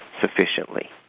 sufficiently